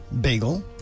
Bagel